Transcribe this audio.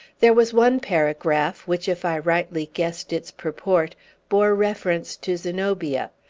there was one paragraph, which if i rightly guessed its purport bore reference to zenobia,